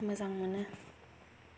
मोजां मोनो